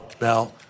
Now